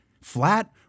flat